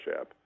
app